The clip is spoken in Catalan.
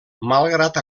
malgrat